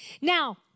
Now